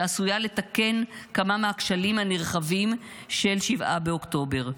שעשויה לתקן כמה מהכשלים הנרחבים של 7 באוקטובר.